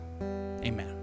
Amen